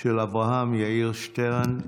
של אברהם יאיר שטרן.